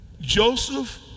Joseph